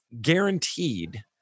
guaranteed